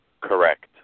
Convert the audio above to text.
Correct